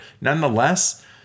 nonetheless